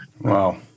Wow